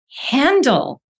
handle